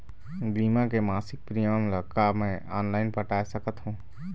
बीमा के मासिक प्रीमियम ला का मैं ऑनलाइन पटाए सकत हो?